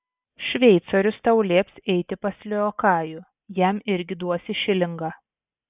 šveicorius tau lieps eiti pas liokajų jam irgi duosi šilingą